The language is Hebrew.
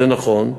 זה נכון,